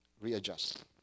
readjust